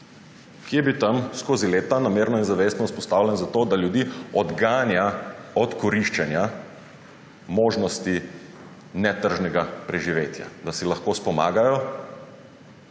ki je bil tam skozi leta namerno in zavestno vzpostavljen zato, da ljudi odganja od koriščenja možnosti netržnega preživetja, da si lahko pomagajo,